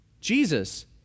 Jesus